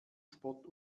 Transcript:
spott